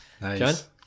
nice